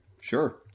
Sure